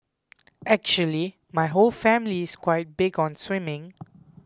actually my whole family is quite big on swimming